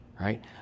right